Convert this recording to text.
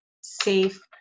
safe